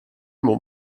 mon